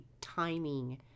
timing